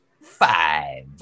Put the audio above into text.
Five